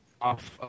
off